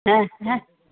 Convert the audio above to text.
হ্যাঁ হ্যাঁ